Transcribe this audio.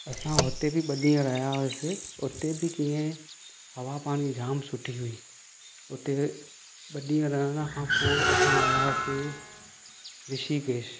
असां हुते बि ॿ ॾींहं रहिया हुआसीं उते बि कीअं हवा पाणी जाम सुठी हुई उते ॿ ॾींहं रहण खां पोइ असां वियासीं ऋषिकेश